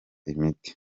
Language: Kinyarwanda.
imiti